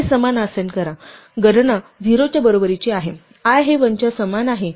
हे समान असाइन करा गणना 0 च्या बरोबरीची आहे i हे 1 च्या समान आहे आणि plist रिक्त आहे